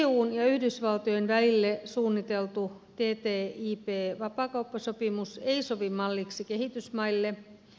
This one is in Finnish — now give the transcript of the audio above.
eun ja yhdysvaltojen välille suunniteltu ttip vapaakauppasopimus ei sovi malliksi kehitysmaille